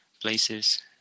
places